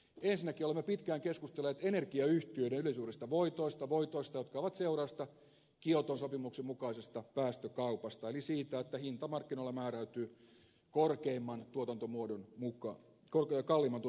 ensinnäkin olemme pitkään keskustelleet energiayhtiöiden ylisuurista voitoista voitoista jotka ovat seurausta kioton sopimuksen mukaisesta päästökaupasta eli siitä että hinta markkinoilla määräytyy kalleimman tuotantomuodon mukaan